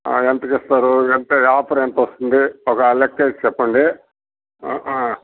ఎంతకు ఇస్తారు ఎంత ఆఫర్ ఎంత వస్తుంది ఒక లెక్క వేసి చెప్పండి